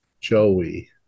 Joey